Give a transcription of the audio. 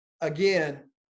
again